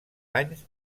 anys